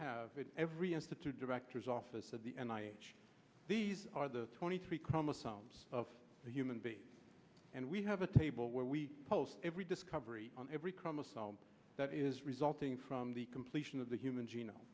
have in every institute director's office at the end i these are the twenty three chromosomes of a human being and we have a table where we post every discovery on every chromosome that is resulting from the completion of the human genome